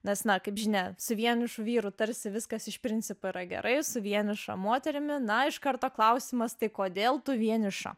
nes na kaip žinia su vienišu vyru tarsi viskas iš principo yra gerai su vieniša moterimi na iš karto klausimas tai kodėl tu vieniša